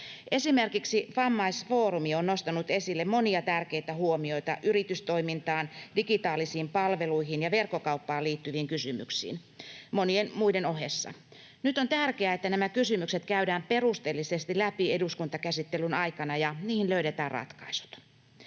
Esimerkiksi Vammaisfoorumi on nostanut esille monia tärkeitä huomioita yritystoimintaan, digitaalisiin palveluihin ja verkkokauppaan liittyviin kysymyksiin, monien muiden ohessa. Nyt on tärkeää, että nämä kysymykset käydään perusteellisesti läpi eduskuntakäsittelyn aikana ja niihin löydetään ratkaisut.